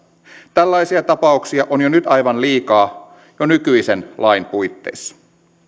tällaisia tapauksia on jo nyt aivan liikaa jo nykyisen lain puitteissa